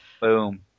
Boom